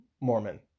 Mormon